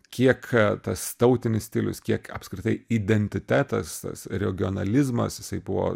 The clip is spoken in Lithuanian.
kiek a tas tautinis stilius kiek apskritai identitetas tas regionalizmas jisai buvo